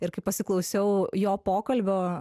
ir kai pasiklausiau jo pokalbio